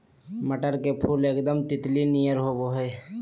मटर के फुल एकदम तितली नियर होबा हइ